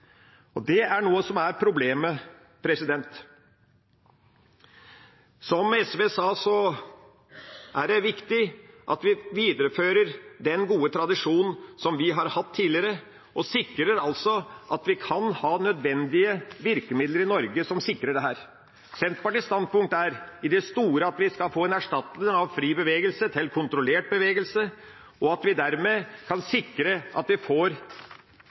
Det er problemet. Som SV sa, er det viktig at vi viderefører den gode tradisjonen som vi har hatt tidligere, og sikrer at vi kan ha nødvendige virkemidler i Norge som sikrer dette. Senterpartiets standpunkt i det store er at vi skal erstatte fri bevegelse med kontrollert bevegelse, og at vi dermed kan sikre at vi får